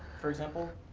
for example,